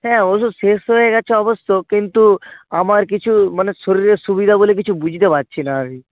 হ্যাঁ ওষুধ শেষ হয়ে গেছে অবশ্য কিন্তু আমার কিছু মানে শরীরের সুবিধা বলে কিছু বুঝতে পারছি না আর কি